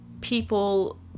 people